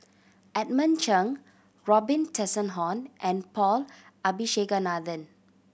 Edmund Cheng Robin Tessensohn and Paul Abisheganaden